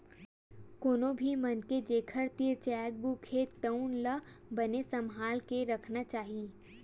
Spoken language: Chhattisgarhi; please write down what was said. कोनो भी मनखे जेखर तीर चेकबूक हे तउन ला बने सम्हाल के राखना चाही